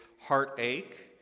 heartache